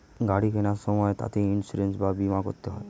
গাড়ি কেনার সময় তাতে ইন্সুরেন্স বা বীমা করতে হয়